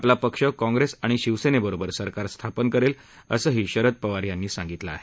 आपला पक्ष काँग्रेस आणि शिवसेनेबरोबर सरकार स्थापन करेल असं शरद पवार यांनी सांगितलं आहे